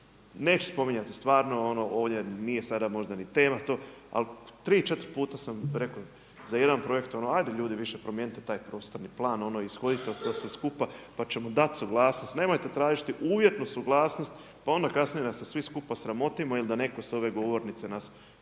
Neću spominjati, stvarno ono ovdje nije sada možda ni tema to, ali tri, četiri puta sam rekao za jedan projekt ono ajde ljudi više promijenite taj prostorni plan, ishodite to sve skupa pa ćemo dati suglasnost. Nemojte tražiti uvjetnu suglasnost pa onda kasnije da se svi skupa sramotimo ili da neko sa ove govornice nas